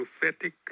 prophetic